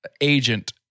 agent